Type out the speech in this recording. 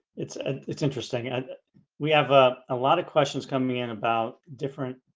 it's a it's interesting. and we have ah a lot of questions coming in about different